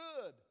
good